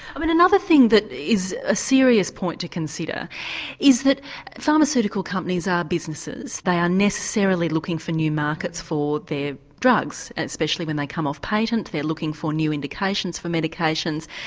i mean another thing that is a serious point to consider is that pharmaceutical companies are businesses, they are necessarily looking for new markets for their drugs especially when they come off patent they are looking for new indications for medications.